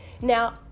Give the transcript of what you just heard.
Now